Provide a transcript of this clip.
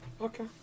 Okay